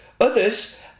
Others